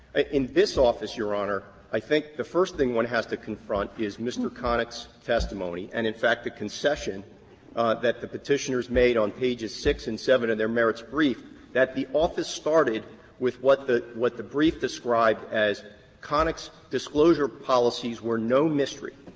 in this office, your honor, i think the first thing one has to confront is mr. connick's testimony, and in fact the concession that the petitioners made on pages six and seven of their merits brief that the office started with what the what the brief described as connick's disclosure policies were no mystery.